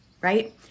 right